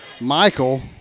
Michael